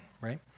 right